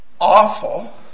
awful